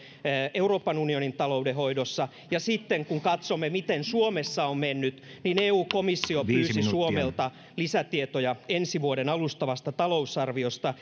euroopan unionin talouden hoidossa ja sitten kun katsomme miten suomessa on mennyt niin eu komissio pyysi suomelta lisätietoja ensi vuoden alustavasta talousarviosta